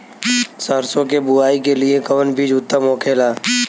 सरसो के बुआई के लिए कवन बिज उत्तम होखेला?